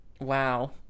wow